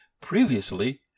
previously